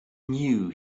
knew